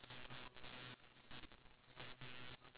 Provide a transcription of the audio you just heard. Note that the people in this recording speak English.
ah ya lor once also ya lah